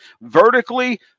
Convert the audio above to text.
Vertically